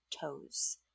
toes